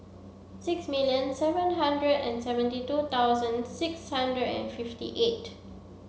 six million seven hundred and seventy two thousand six hundred and fifty eight